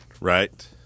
right